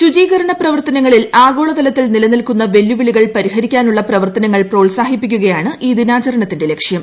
ശുചീകരണ പ്രവർത്തനങ്ങളിൽ ഇന്ന് ആഗോളതലത്തിൽ നിലനിൽക്കുന്ന വെല്ലുവിളികൾ പരിഹരിക്കാനുള്ള പ്രവർത്തനങ്ങൾ പ്രോത്സാഹിപ്പിക്കുകയാണ് ഈ ദിനാചരണത്തിന്റെ ലക്ഷ്യം